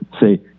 say